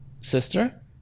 sister